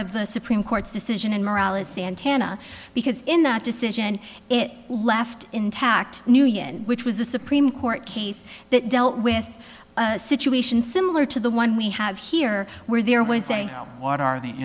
of the supreme court's decision and morale is santana because in that decision it left intact nguyen which was the supreme court case that dealt with a situation similar to the one we have here where there was a what are the